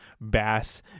bass